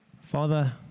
father